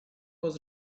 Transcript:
was